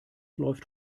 läuft